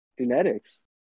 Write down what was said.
genetics